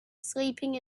sleeping